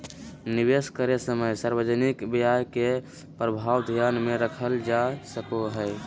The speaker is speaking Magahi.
निवेश करे समय सार्वजनिक व्यय के प्रभाव ध्यान में रखल जा सको हइ